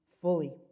fully